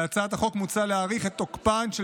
בהצעת החוק מוצע להאריך את תוקפן של